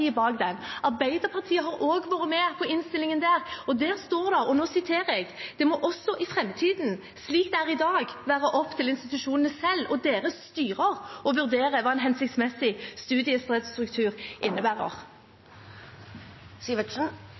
har også vært med på innstillingen der. Der står det, og nå siterer jeg: «Det må også i fremtiden, slik det er i dag, være opp til institusjonene selv og deres styrer å vurdere hva en hensiktsmessig studiestedstruktur innebærer.» Eirik Sivertsen